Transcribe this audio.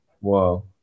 Wow